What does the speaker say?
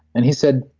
and he said,